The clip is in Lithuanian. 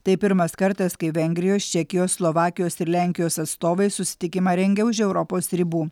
tai pirmas kartas kai vengrijos čekijos slovakijos ir lenkijos atstovai susitikimą rengia už europos ribų